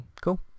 Cool